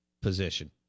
position